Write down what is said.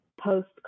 post